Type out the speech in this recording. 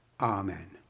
Amen